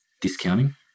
discounting